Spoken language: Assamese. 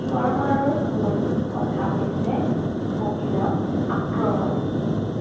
স্ৱাৰমাৰৰ মূল কথা হৈছে অবিৰাম আক্ৰমণ